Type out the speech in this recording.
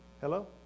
Hello